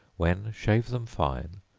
when shave them fine,